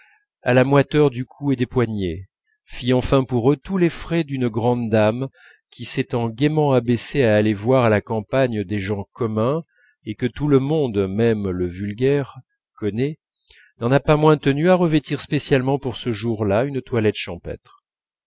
à la moiteur du cou et des poignets fît enfin pour eux tous les frais d'une grande dame qui s'étant gaiement abaissée à aller voir à la campagne des gens communs et que tout le monde même le vulgaire connaît n'en a pas moins tenu à revêtir spécialement pour ce jour-là une toilette champêtre